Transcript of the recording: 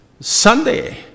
Sunday